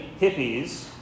hippies